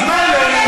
אז מילא,